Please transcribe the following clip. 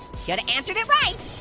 yeah but answered it right.